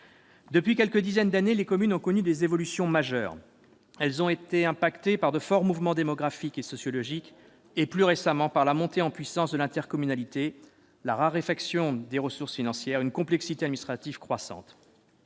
Depuis quelques dizaines d'années, les communes ont connu des évolutions majeures. Elles ont été affectées par de forts mouvements démographiques et sociologiques et, plus récemment, par la montée en puissance de l'intercommunalité, la raréfaction des ressources financières et une complexité administrative croissante.